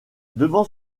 devant